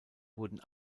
wurden